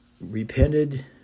repented